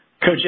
Coach